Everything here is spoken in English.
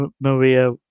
Maria